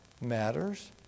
matters